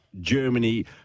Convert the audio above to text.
Germany